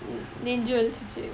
நெஞ்சு வலிச்சுச்சு:nenju valichchuchchu